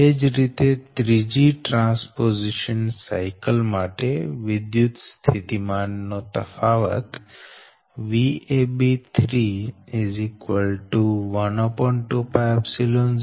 એ જ રીતે ત્રીજી ટ્રાન્સપોઝીશન સાયકલ માટે વિદ્યુતસ્થિતિમાન નો તફાવત Vab120qalnD31rqblnrD31qclnD12D23 વોલ્ટ